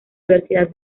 universidad